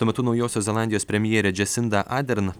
tuo metu naujosios zelandijos premjerė džesinda adern